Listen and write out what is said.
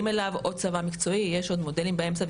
אליו או צבא מקצועי יש עוד מודלים באמצע,